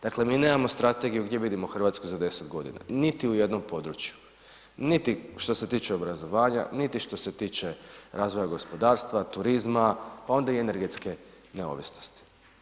Dakle mi nemamo strategiju gdje vidimo Hrvatsku za 10 g. niti u jednom području, niti što se tiče obrazovanja, niti što se tiče razvoja gospodarstva, turizma pa onda i energetske neovisnosti.